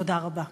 תודה רבה.